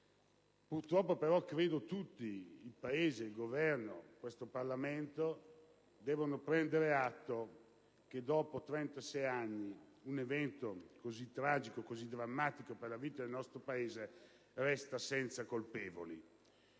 purtroppo tutti - il Paese, il Governo, questo Parlamento - devono prendere atto che dopo 36 anni un evento così tragico e drammatico per la vita del nostro Paese resta senza colpevoli.